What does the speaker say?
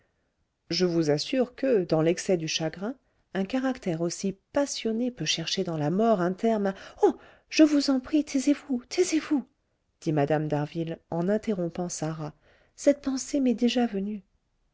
je vous assure que dans l'excès du chagrin un caractère aussi passionné peut chercher dans la mort un terme à oh je vous en prie taisez-vous taisez-vous dit mme d'harville en interrompant sarah cette pensée m'est déjà venue